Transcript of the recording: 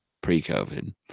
pre-COVID